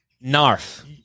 Narf